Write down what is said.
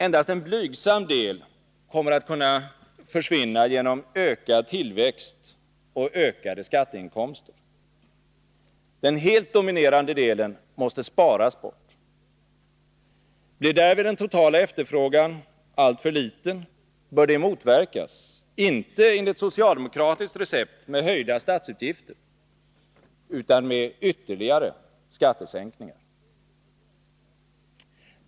Endast en blygsam del kommer att kunna försvinna genom ökad tillväxt och ökade skatteinkomster. Den helt dominerande delen måste sparas bort. Blir därvid den totala efterfrågan alltför liten, bör detta motverkas — inte enligt socialdemokratiskt recept med höjda statsutgifter, utan med ytterligare skattesänkningar.